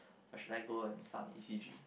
or should I go and start on E_C_G